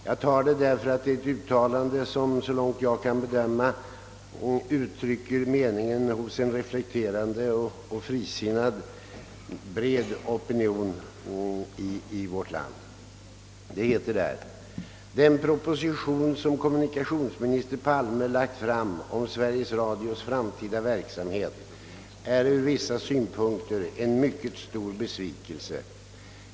Jag väljer detta uttalande därför att det, så långt jag kan bedöma, uttrycker meningen hos en reflekterande och frisinnad bred opinion i vårt land, Det som Kkommunikationsminister Palme lagt fram om Sveriges Radios framtida verksamhet är ur vissa synpunkter en mycket stor besvikelse.